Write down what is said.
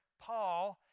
Paul